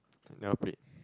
I never played